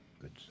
Good